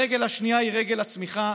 הרגל השנייה היא רגל הצמיחה.